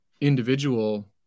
individual